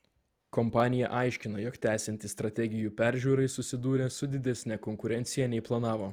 kompanija aiškina jog tęsiantis strategijų peržiūrai susidūrė su didesne konkurencija nei planavo